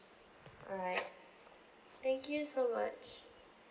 alright thank you so much